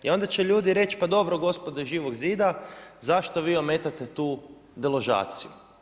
I onda će ljudi reći pa dobro gospodo iz Živog zida zašto vi ometate tu deložaciju.